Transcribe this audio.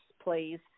please